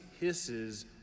hisses